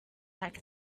like